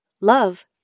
love